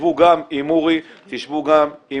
תשבו גם עם אורי, עומר,